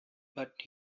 but